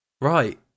Right